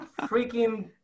freaking